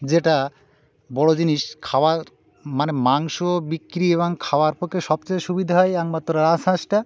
যেটা বড় জিনিস খাওয়ার মানে মাংস বিক্রি এবং খাওয়ার পক্ষে সবচেয়ে সুবিধা হয় একমাত্র রাজহাঁসটা